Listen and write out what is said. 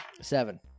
Seven